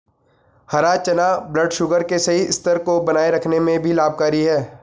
हरा चना ब्लडशुगर के सही स्तर को बनाए रखने में भी लाभकारी है